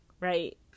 right